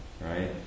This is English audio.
right